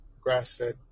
grass-fed